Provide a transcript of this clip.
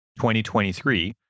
2023